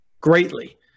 greatly